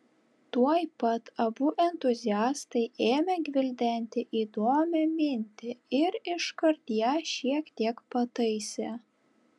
tuoj pat abu entuziastai ėmė gvildenti įdomią mintį ir iškart ją šiek tiek pataisė